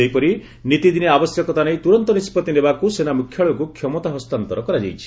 ସେହିପରି ନିତିଦିନିଆ ଆବଶ୍ୟକତା ନେଇ ତୁରନ୍ତ ନିଷ୍କଭି ନେବାକୁ ସେନା ମୁଖ୍ୟାଳୟକୁ କ୍ଷମତା ହସ୍ତାନ୍ତର କରାଯାଇଛି